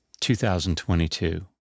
2022